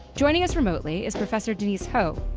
joining us remotely is professor denise ho,